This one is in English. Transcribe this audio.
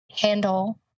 handle